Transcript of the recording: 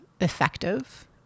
effective